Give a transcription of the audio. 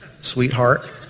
sweetheart